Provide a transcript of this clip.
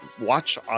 watch